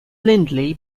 lindley